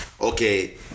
okay